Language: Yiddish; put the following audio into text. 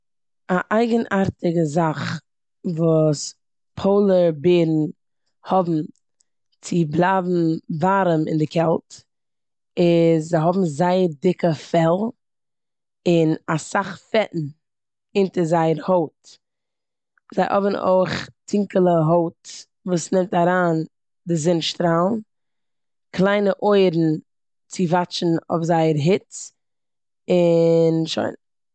א אייגענארטיגע זאך וואס פאלאר בערן האבן צו בלייבן ווארעם אין די קעלט איז זיי האבן זייער דיקע פעל און אסאך פעטן אונטער זייער הויט. זיי האבן אויך טונקעלע הויט וואס נעמט אריין די זון שטראלן, קליינע אויערן צו וואטשן אויף זייער היץ און שוין.